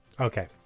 Okay